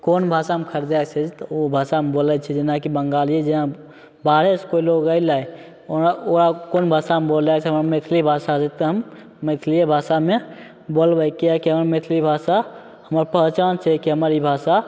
कोन भाषामे खरीदऽके छै तऽ ओ भाषामे बोलै छियै जेनाकि बंगालिये जेना बाहरे सऽ कोइ लोग अयलै ओ ओ कोन भाषामे बोलै छै मैथिली भाषा छै तऽ हम मैथिलिये भाषामे बोलबै किएकि हमरा मैथिली भाषा हमर पहचान छियै कि हमर ई भाषा